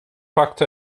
pakte